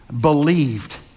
believed